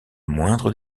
moindres